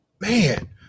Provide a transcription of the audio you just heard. Man